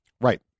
Right